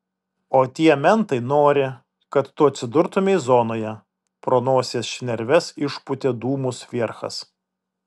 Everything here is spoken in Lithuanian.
o tie mentai nori kad tu atsidurtumei zonoje pro nosies šnerves išpūtė dūmus vierchas